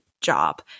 job